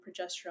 progesterone